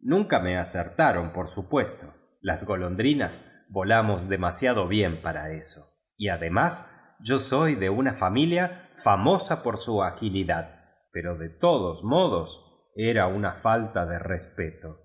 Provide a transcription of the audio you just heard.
nunca me acertaren por supuesto las golondrinas volamos demasiado bien para eso y además yo soy de una familia famosa por su agilidad pero de todos modos era una falta de respeto